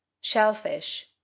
shellfish